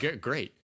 Great